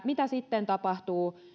mitä sitten tapahtuu